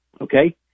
okay